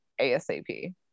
ASAP